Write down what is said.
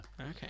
okay